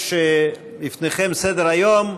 יש לפניכם סדר-יום.